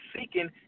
seeking